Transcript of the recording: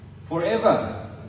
Forever